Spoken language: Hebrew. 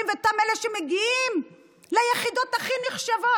ואת אותם אלה שמגיעים ליחידות הכי נחשבות,